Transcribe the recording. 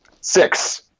Six